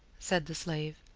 said the slave.